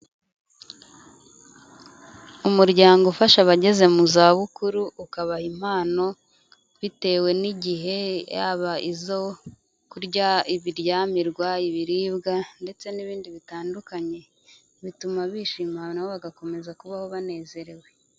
Umuryango ufasha abageze mu zabukuru ukaba impano, bitewe n'igihe yaba izo kurya, ibiryamirwa, ibiribwa, ndetse n'ibindi bitandukanye bituma bishima na bo bagakomeza kubaho banezerewe.